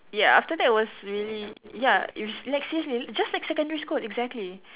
ya after that was really ya you like seriously just like secondary school exactly